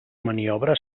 maniobra